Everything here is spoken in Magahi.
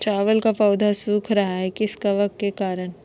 चावल का पौधा सुख रहा है किस कबक के करण?